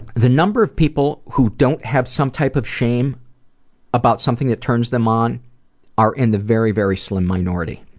the number of people who don't have some type of shame about something that turns them on are in the very, very slim minority.